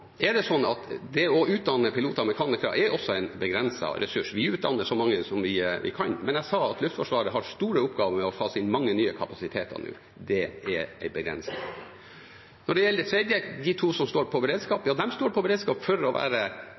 er i tråd med forsvarssjefens fagmilitære råd. Det å utdanne piloter og mekanikere er også en begrenset ressurs. Vi utdanner så mange som vi kan. Men jeg sa at Luftforsvaret har store oppgaver med å fase inn mange nye kapasiteter. Det er en begrensning. Når det gjelder det tredje om de to helikoptrene i beredskap, står de i beredskap som støtte for